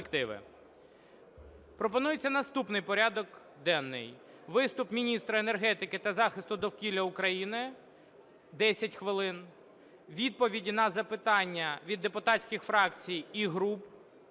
Пропонується наступний порядок денний: виступ міністра енергетики та захисту довкілля України – 10 хвилин, відповіді на запитання від депутатських фракцій і груп